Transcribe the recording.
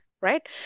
Right